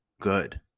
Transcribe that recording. good